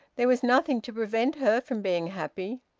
there was nothing to prevent her from being happy.